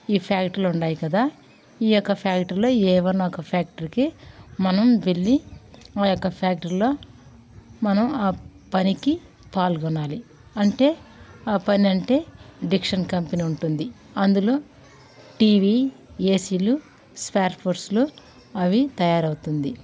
ఈ ఫ్యాక్టరీలు ఉన్నాయి కదా ఈ యొక్క ఫ్యాక్టరీలో ఏవన్నా ఒక ఫ్యాక్టరీకి మనం వెళ్ళి ఆ యొక్క ఫ్యాక్టరీలో మనం ఆ పనికి పాల్గొనాలి అంటే ఆ పని అంటే డిక్షన్ కంపెనీ ఉంటుంది అందులో టీవీ ఏసీలు స్పేర్ పార్ట్స్లు అవి తయారవుతుంది